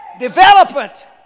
Development